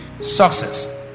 success